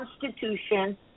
Constitution